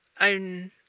own